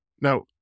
Now